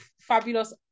fabulous